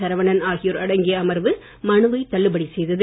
சரவணன் ஆகியோர் அடங்கிய அமர்வு மனுவைத் தள்ளுபடி செய்தது